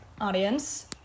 audience